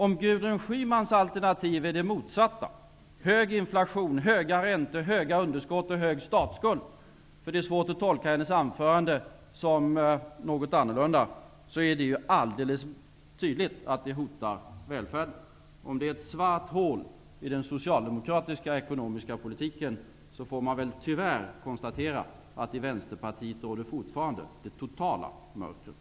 Om Gudrun Schymans alternativ är de motsatta, dvs. hög inflation, höga räntor, höga underskott och hög statsskuld -- det är svårt att tolka hennes anförande på annat sätt -- är det alldeles tydligt att det skulle hota välfärden. Om det är ett svart hål i den socialdemokratiska ekonomiska politiken, får man tyvärr konstatera att det i Vänsterpartiet fortfarande råder totalt mörker.